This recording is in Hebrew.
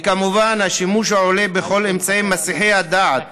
וכמובן השימוש העולה בכל אמצעי מסיחי הדעת